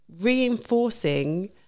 reinforcing